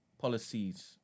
policies